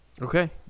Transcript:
Okay